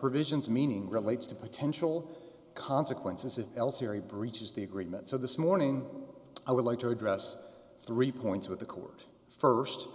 provisions meaning relates to potential consequences if else siri breaches the agreement so this morning i would like to address three points with the court first